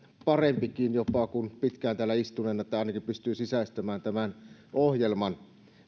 parempikin kuin pitkään täällä istuneilla tai ainakin pystyy sisäistämään tämän ohjelman